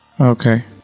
Okay